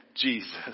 Jesus